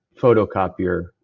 photocopier